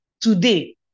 Today